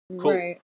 Cool